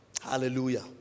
Hallelujah